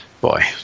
boy